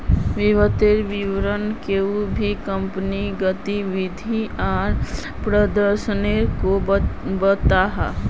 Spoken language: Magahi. वित्तिय विवरण कोए भी कंपनीर गतिविधि आर प्रदर्शनोक को बताहा